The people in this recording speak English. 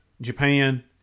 Japan